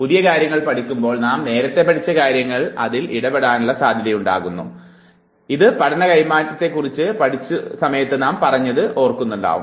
പുതിയ കാര്യങ്ങൾ പഠിക്കുമ്പോൾ നാം നേരത്തെ പഠിച്ച കാര്യങ്ങൾ അതിൽ ഇടപെടാനുള്ള സാധ്യതയുണ്ടാകുന്നു എന്നത് പഠന കൈമാറ്റത്തെക്കുറിച്ച് പഠിച്ചുകൊണ്ടിരുന്ന സമയത്ത് നാം പറഞ്ഞത് നിങ്ങൾ ഓർക്കുന്നുണ്ടല്ലോ